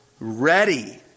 ready